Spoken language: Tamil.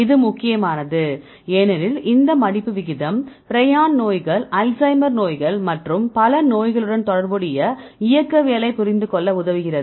இது முக்கியமானது ஏனெனில் இந்த மடிப்பு விகிதம் ப்ரியான் நோய்கள் அல்சைமர் நோய்கள் மற்றும் பல நோய்களுடன் தொடர்புடைய இயக்கவியலைப் புரிந்து கொள்ள உதவுகிறது